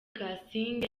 kasinge